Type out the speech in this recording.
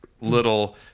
little –